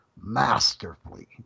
masterfully